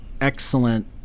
excellent